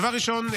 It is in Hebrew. דבר ראשון,